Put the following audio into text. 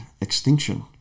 extinction